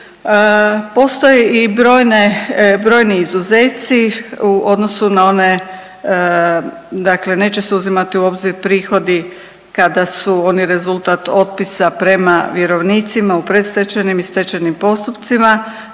Postoje i brojni izuzeci u odnosu na one, dakle neće se uzimati u obzir prihodi kada su oni rezultat otpisa prema vjerovnicima u predstečajnim i stečajnim postupcima,